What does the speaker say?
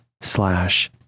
slash